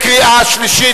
קריאה שלישית.